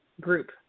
group